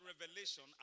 revelation